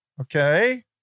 Okay